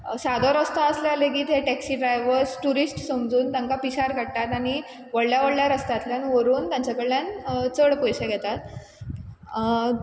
सादो रस्तो आसल्या लेगीत हे टॅक्सी ड्रायवर्स टुरिस्ट समजून तांकां पिशार काडटात आनी व्हडल्या व्हडल्या रस्त्यातल्यान व्हरून तांचे कडल्यान चड पयशे घेतात